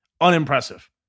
unimpressive